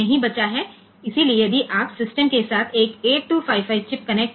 इसलिए यदि आप सिस्टम के साथ एक 8255 चिप कनेक्ट करते हैं